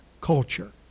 culture